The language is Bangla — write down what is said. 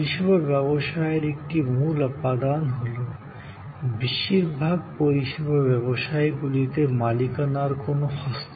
পরিষেবা ব্যবসায়ের একটি মূল উপাদান হল বেশিরভাগ পরিষেবা ব্যবসাগুলিতে মালিকানার কোনও হস্তান্তর হয় না